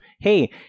hey